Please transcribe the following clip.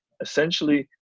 essentially